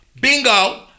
bingo